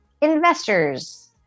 investors